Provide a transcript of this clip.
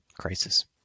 crisis